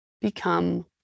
become